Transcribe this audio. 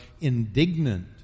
indignant